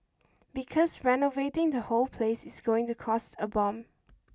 because renovating the whole place is going to cost a bomb